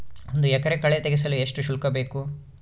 ಒಂದು ಎಕರೆ ಕಳೆ ತೆಗೆಸಲು ಎಷ್ಟು ಶುಲ್ಕ ಬೇಕು?